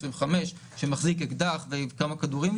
25 שמחזיק אקדח ובו כמה כדורים,